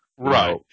Right